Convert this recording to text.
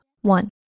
One